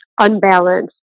unbalanced